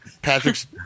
Patrick's